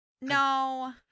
No